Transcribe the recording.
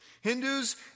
Hindus